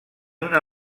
una